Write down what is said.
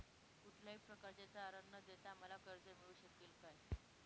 कुठल्याही प्रकारचे तारण न देता मला कर्ज मिळू शकेल काय?